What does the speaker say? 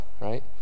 right